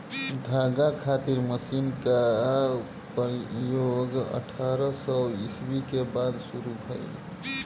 धागा खातिर मशीन क प्रयोग अठारह सौ ईस्वी के बाद शुरू भइल